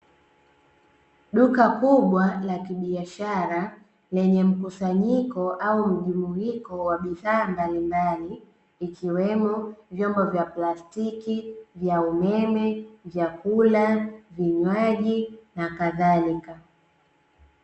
Duka kubwa la kibiashara lenye mkusanyiko au mgurunyiko wa bidhaa mbalimbali, ikiwemo: vyombo vya plastiki, vya umeme, vyakula, vinyaji na kadhalika.